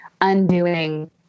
undoing